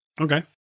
Okay